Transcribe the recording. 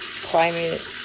climate